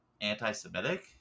anti-Semitic